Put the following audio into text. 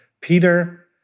Peter